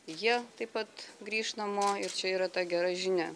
jie taip pat grįš namo ir čia yra ta gera žinia